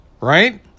Right